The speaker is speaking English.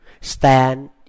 stand